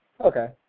Okay